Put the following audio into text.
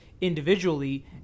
individually